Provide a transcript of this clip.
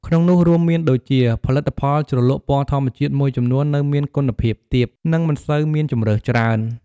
ក្នុងនោះរួមមានដូចជា ផលិតផលជ្រលក់ពណ៌ធម្មជាតិមួយចំនួននៅមានគុណភាពទាប និងមិនសូវមានជម្រើសច្រើន ។